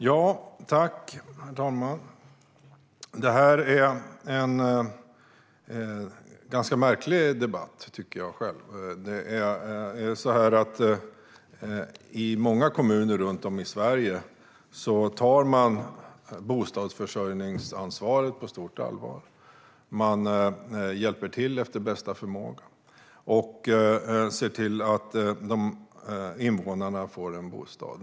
Herr talman! Detta är en ganska märklig debatt, tycker jag. I många kommuner runt om i Sverige tar man bostadsförsörjningsansvaret på stort allvar. Man hjälper till efter bästa förmåga och ser till att invånarna får en bostad.